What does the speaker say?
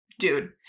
dude